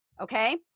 okay